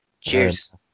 Cheers